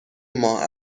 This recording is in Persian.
ماه